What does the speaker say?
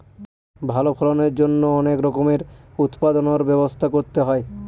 ভালো ফলনের জন্যে অনেক রকমের উৎপাদনর ব্যবস্থা করতে হয়